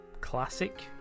Classic